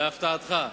להפתעתך.